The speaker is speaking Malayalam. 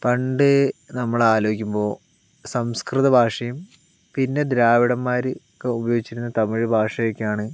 പണ്ട് നമ്മളാലോചിക്കുമ്പോൾ സംസ്കൃത ഭാഷയും പിന്നെ ദ്രാവിഡൻമാരൊക്ക ഉപയോഗിച്ചിരുന്ന തമിഴും ഭാഷയൊക്കെയാണ്